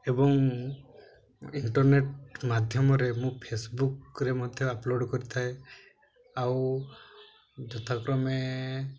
ଏବଂ ଇଣ୍ଟରନେଟ ମାଧ୍ୟମରେ ମୁଁ ଫେସବୁକ୍ ରେ ମଧ୍ୟ ଆପଲୋଡ଼ କରିଥାଏ ଆଉ ଯଥାକ୍ରମେ